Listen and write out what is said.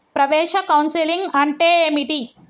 ప్రవేశ కౌన్సెలింగ్ అంటే ఏమిటి?